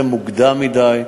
זה מוקדם מדי.